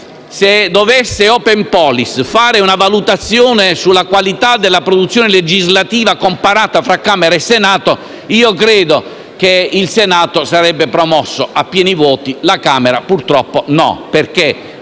dovesse fare una valutazione sulla qualità della produzione legislativa comparata fra Camera e Senato, credo che il Senato sarebbe promosso a pieni voti, mentre la Camera purtroppo no, perché